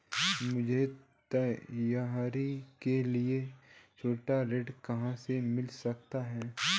मुझे त्योहारों के लिए छोटे ऋण कहाँ से मिल सकते हैं?